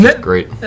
Great